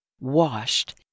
washed